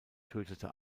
tötete